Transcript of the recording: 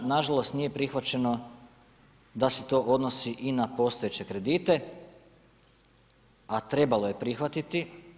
Na žalost nije prihvaćeno da se to odnosi i na postojeće kredite, a trebalo je prihvatiti.